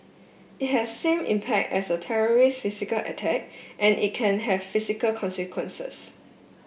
it has same impact as a terrorist's physical attack and it can have physical consequences